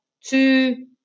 two